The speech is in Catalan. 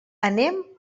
anem